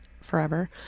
forever